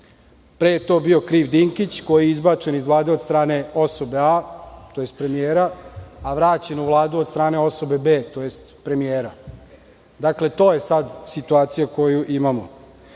za to bio kriv Dinkić, koji je izbačen iz Vlade od strane osobe A, tj. premijera, a vraćen u Vladu od starne osobe B, tj. premijera. Dakle, to je sada situacija koju imamo. To